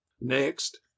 Next